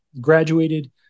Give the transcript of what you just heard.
Graduated